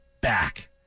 back